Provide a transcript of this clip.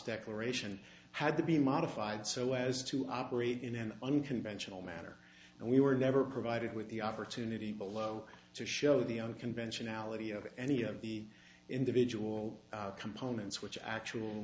declaration had to be modified so as to operate in an unconventional manner and we were never provided with the opportunity below to show the unconventionality of any of the individual components which actual